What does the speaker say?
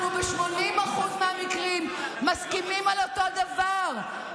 אנחנו ב-80% מהמקרים מסכימים על אותו דבר.